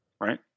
right